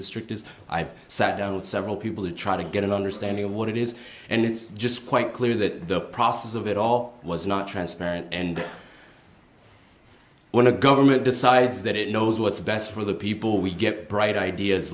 district is i've sat down with several people to try to get an understanding of what it is and it's just quite clear that the process of it all was not transparent and when a government decides that it knows what's best for the people we get bright ideas